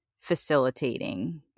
facilitating